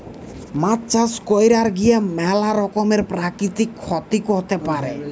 মাছ চাষ কইরার গিয়ে ম্যালা রকমের প্রাকৃতিক ক্ষতি হতে পারে